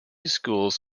schools